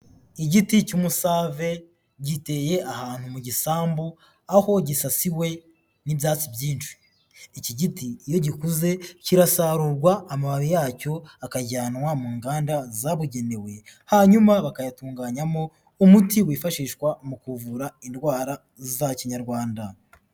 Igiti cy'umusave giteye ahantu mu gisambu aho gisasiwe n'ibyatsi byinshi, iki giti iyo gikuze kirasarurwa amababi ya cyo akajyanwa mu nganda zabugenewe hanyuma bakayatunganyamo umuti wifashishwa mu kuvura indwara za Kinyarwanda.